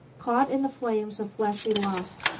caught in the flames of fleshly lusts,